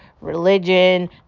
religion